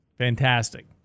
Fantastic